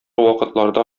вакытларда